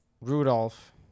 Rudolph